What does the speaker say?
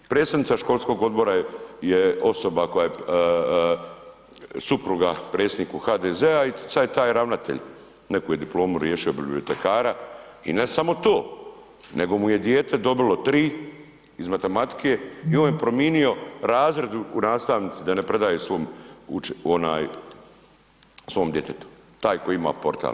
Predsjednica školskog odbora je osoba koja je supruga predsjedniku HDZ-a i sad je taj ravnatelj, neku je diplomu riješio bibliotekara i ne samo to, nego mu je dijete dobilo 3 iz matematike i on je promijenio razred nastavnici da ne predaje svom djetetu, taj koji ima portal.